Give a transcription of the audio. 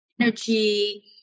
energy